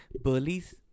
bullies